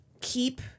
keep